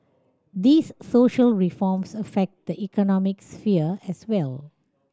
these social reforms affect the economic sphere as well